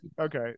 okay